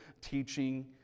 teaching